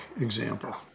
example